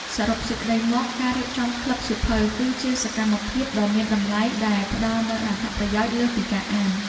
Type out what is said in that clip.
សរុបសេចក្ដីមក ការរៀបចំក្លឹបសៀវភៅគឺជាសកម្មភាពដ៏មានតម្លៃដែលផ្តល់នូវអត្ថប្រយោជន៍លើសពីការអាន។